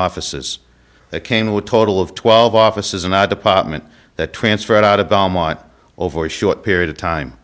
offices that came with a total of twelve offices in our department that transferred out a dominant over a short period of time